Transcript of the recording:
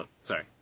sorry